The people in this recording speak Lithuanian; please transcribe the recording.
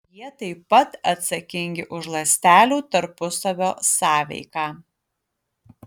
jie taip pat atsakingi už ląstelių tarpusavio sąveiką